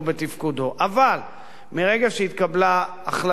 אבל מרגע שהתקבלה החלטה שקובעת